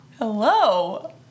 Hello